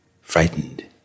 frightened